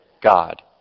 God